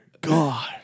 God